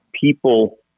people